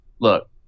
Look